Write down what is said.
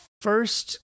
first